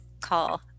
call